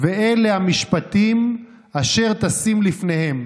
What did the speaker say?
"ואלה המשפטים אשר תשים לפניהם".